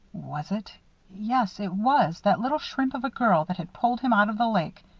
was it yes, it was that little shrimp of a girl that had pulled him out of the lake.